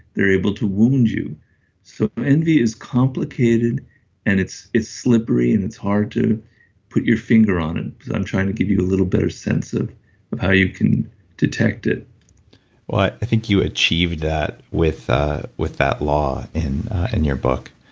they're able to wound you so envy is complicated and it's it's slippery and it's hard to put your finger on it, because i'm trying to give you a little better sense of of how you can detect it well i think you achieved that with with that law in and your book.